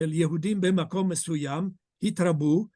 ‫היהודים במקום מסוים התרבו...